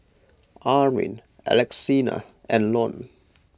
Armin Alexina and Lon